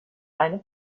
eine